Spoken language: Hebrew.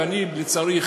ולצערי,